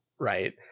right